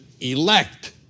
elect